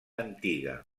antiga